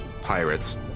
pirates